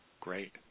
Great